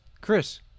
Chris